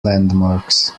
landmarks